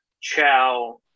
chow